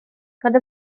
roedd